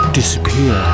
disappear